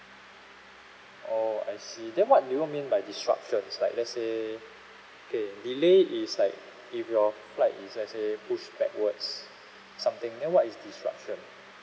oh I see then what do you mean by disruptions like let's say okay delay is like if your flight is let's say pushed backwards something then what is disruption